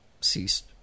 ceased